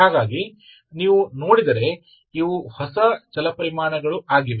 ಹಾಗಾಗಿ ನೀವು ನೋಡಿದರೆ ಇವು ಹೊಸ ಚಲಪರಿಮಾಣಗಳು ಆಗಿವೆ